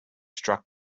struck